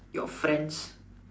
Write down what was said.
your friends